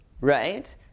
right